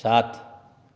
सात